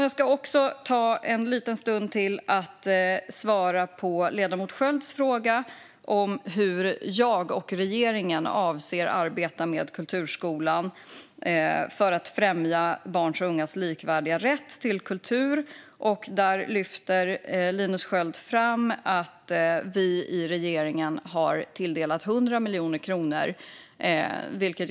Jag ska också ägna en liten stund åt att svara på ledamoten Skölds fråga om hur jag och regeringen avser att arbeta med kulturskolan för att främja barns och ungas likvärdiga rätt till kultur. Linus Sköld lyfter fram att regeringen har tilldelat kulturskolan 100 miljoner kronor.